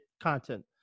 content